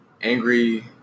angry